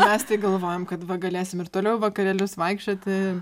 mes tai galvojom kad va galėsim ir toliau į vakarėlius vaikščioti